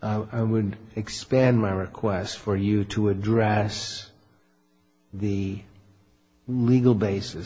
i would expand my request for you to address the legal basis